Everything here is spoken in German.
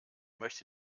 möchte